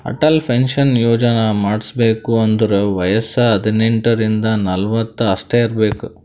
Atal pension ಯೋಜನಾ ಮಾಡುಸ್ಬೇಕ್ ಅಂದುರ್ ವಯಸ್ಸ ಹದಿನೆಂಟ ರಿಂದ ನಲ್ವತ್ ಅಷ್ಟೇ ಇರ್ಬೇಕ್